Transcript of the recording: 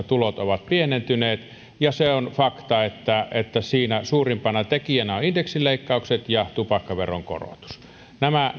tulot ovat pienentyneet kolme euroa kuukaudessa ja se on fakta että että siinä suurimpana tekijänä ovat indeksileikkaukset ja tupakkaveron korotus nämä